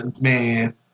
man